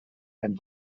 and